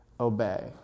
obey